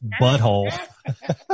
butthole